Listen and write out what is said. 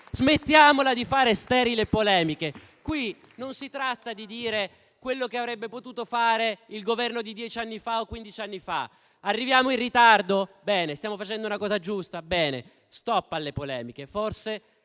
Smettiamola di fare sterili polemiche. Qui non si tratta di dire quello che avrebbe potuto fare il Governo di dieci o quindici anni fa. Arriviamo in ritardo? Bene, stiamo facendo una cosa giusta. Stop alle polemiche. Forse